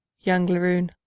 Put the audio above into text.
young laroon.